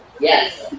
Yes